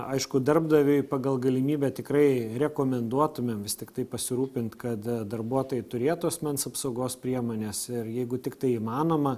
aišku darbdaviui pagal galimybę tikrai rekomenduotume vis tiktai pasirūpint kad darbuotojai turėtų asmens apsaugos priemones ir jeigu tiktai įmanoma